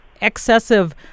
excessive